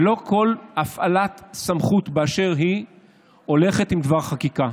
לא כל הפעלת סמכות באשר היא הולכת עם דבר חקיקה.